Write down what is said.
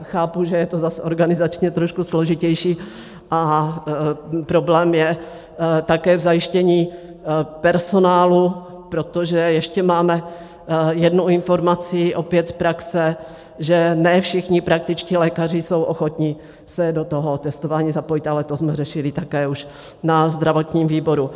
Chápu, že je to zase organizačně trošku složitější a problém je také v zajištění personálu, protože ještě máme jednu informaci, opět z praxe, že ne všichni praktičtí lékaři jsou ochotni se do toho testování zapojit, ale to jsme řešili také už na zdravotním výboru.